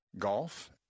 Golf